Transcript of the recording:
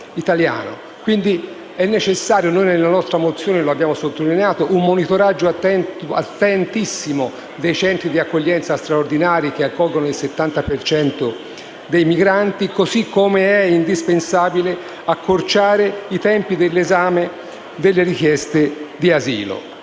territorio italiano. Nella nostra mozione abbiamo sottolineato la necessità di un monitoraggio attentissimo dei centri di accoglienza straordinari, che accolgono il 70 per cento dei migranti, così come è indispensabile accorciare i tempi dell'esame delle richieste di asilo.